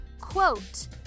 quote